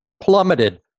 plummeted